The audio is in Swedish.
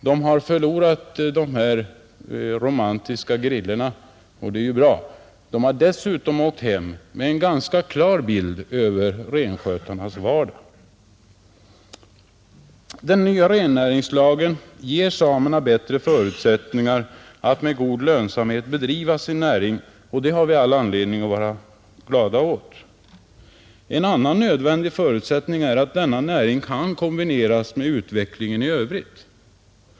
De har botats från sina romantiska griller, och det är bra, men de har dessutom kommit hem med en ganska klar bild av renskötarnas vardag. Den nya rennäringslagen ger samerna bättre förutsättningar att med god lönsamhet bedriva sin näring, och det har vi all anledning att glädja oss åt. En annan nödvändig förutsättning är att denna näring kan kombineras med utvecklingen i övrigt.